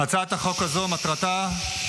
מטרתה של הצעת החוק הזו, שקיפות.